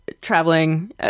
traveling